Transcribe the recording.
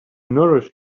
nourish